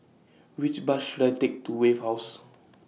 Which Bus should I Take to Wave House